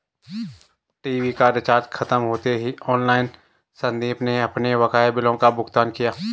TV का recharge खत्म होते ही ऑनलाइन संदीप ने अपने बकाया बिलों का भुगतान किया